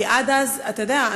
אתה יודע,